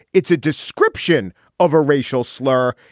it's a description of a racial slur.